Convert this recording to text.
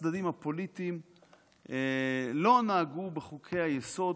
הצדדים הפוליטיים לא נהגו בחוקי-היסוד